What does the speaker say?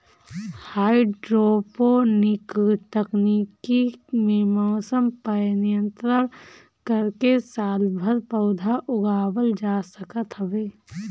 hydroponic तकनीकी में मौसम पअ नियंत्रण करके सालभर पौधा उगावल जा सकत हवे